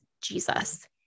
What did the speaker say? Jesus